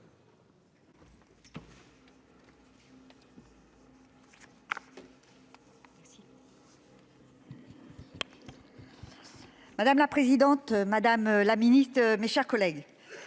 Madame la présidente, madame la ministre, mes chers collègues,